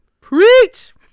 preach